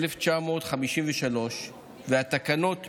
1953, והתקנות מכוחו,